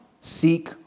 seek